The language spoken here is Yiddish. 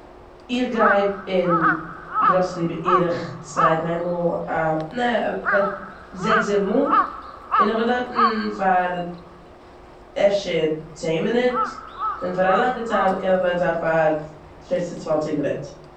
איך גיי אין גראסערי בערך צוויי דריי מאל א- נעה לייק זעקס, זיבן מאל און איך בין דארטן פאר אפשר צען מינוט און פאר א לאנגע צייט קען איך דארט זיין פאר צוואנציג מינוט.